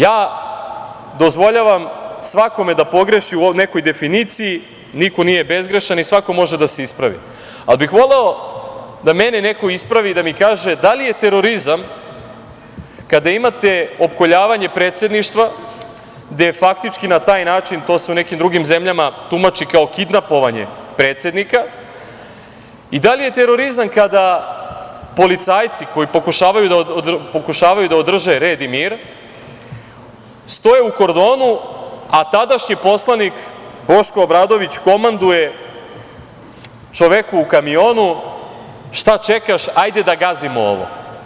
Ja dozvoljavam svakome da pogreši u nekoj definiciji, niko nije bezgrešan i svako može da se ispravi, ali bih voleo da mene neko ispravi i da mi kaže - da li je terorizam kada imate opkoljavanje predsedništva, gde je faktički na taj način, to se u nekim drugim zemljama tumači kao kidnapovanje predsednika, i da li je terorizam kada policajci koji pokušavaju da održe red i mir, stoje u kordonu, a tadašnji poslanik Boško Obradović komanduje čoveku u kamionu – šta čekah, hajde da gazimo ovo?